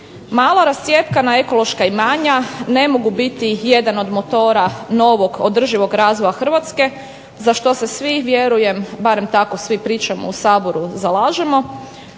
Mala rascjepkana ekološka imanja ne mogu biti jedan od motora novog održivog razvoja Hrvatske za što se svi vjerujem, barem tako svi pričamo u Saboru, zalažemo.